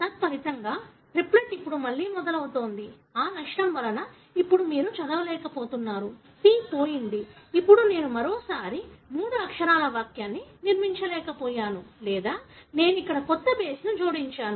తత్ఫలితంగా త్రిప్లెట్ ఇప్పుడు మళ్లీ మొదలవుతుంది ఆ నష్టం ఇప్పుడు మీరు చదవలేకపోతున్నారు C పోయింది ఇప్పుడు నేను మరోసారి మూడు అక్షరాల వాక్యాన్ని నిర్మించలేకపోయాను లేదా నేను ఇక్కడ కొత్త బేస్ ను జోడించాను